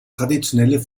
traditionelle